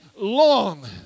long